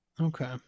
Okay